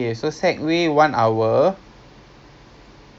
you know it's not bad ah usual price twenty two dollars